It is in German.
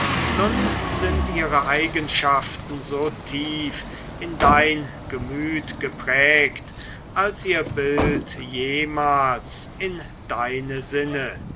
nun sind ihre eigenschaften so tief in dein gemüt geprägt als ihr bild jemals in deine sinne